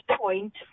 point